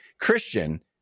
christian